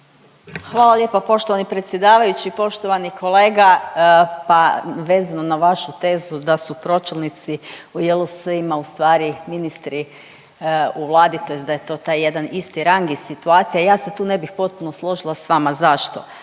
Hvala lijepo poštovani predsjedavajući, poštovani kolega. Pa vezano na vašu tezu da su pročelnici u JLS-ima ustvari ministri u Vladi, tj. da je to taj jedan isti rang i situacija, ja se tu ne bih potpuno složila s vama. Zašto?